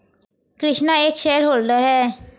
कृष्णा एक shareholder है